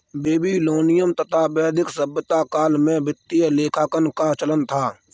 Babylonian तथा वैदिक सभ्यता काल में वित्तीय लेखांकन का चलन था